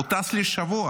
הוא טס לשבוע.